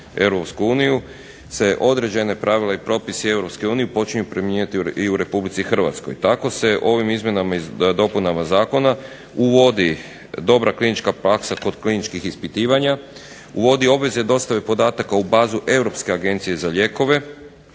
se određena pravila i propisi EU počinju primjenjivati i u RH. Tako se ovim izmjenama i dopunama zakona uvodi dobra klinička praksa kod kliničkih ispitivanja, uvodi obveze dostave podataka u bazu Europske agencije za lijekove,